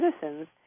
citizens